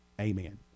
amen